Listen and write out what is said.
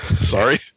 sorry